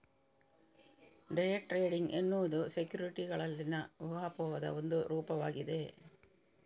day trading ಎನ್ನುವುದು ಸೆಕ್ಯುರಿಟಿಗಳಲ್ಲಿನ ಊಹಾಪೋಹದ ಒಂದು ರೂಪವಾಗಿದೆ